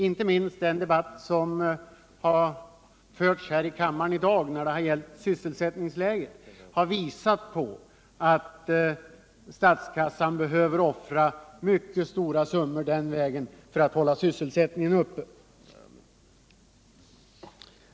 Inte minst den debatt som förts här i kammaren i dag om sysselsättningsläget har visat att statskassan behöver offra mycket stora summor för att hålla sysselsättningen uppe.